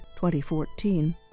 2014